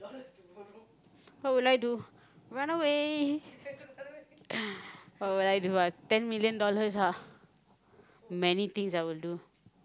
what would I do run away oh what I do ah ten million dollars ah many things I will do